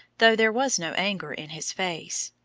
though there was no anger in his face.